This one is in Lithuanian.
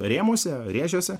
rėmuose rėžiuose